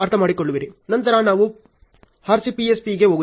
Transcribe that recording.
ನಂತರ ನಾವು RCPSPಗೆ ಹೋಗುತ್ತೇವೆ